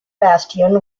bastion